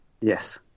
Yes